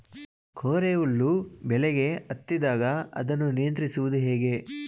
ಕೋರೆ ಹುಳು ಬೆಳೆಗೆ ಹತ್ತಿದಾಗ ಅದನ್ನು ನಿಯಂತ್ರಿಸುವುದು ಹೇಗೆ?